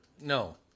No